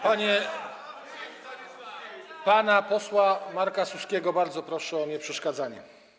Pana posła Marka Suskiego bardzo proszę o nieprzeszkadzanie.